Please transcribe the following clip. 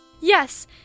Yes